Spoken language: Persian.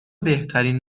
بهترین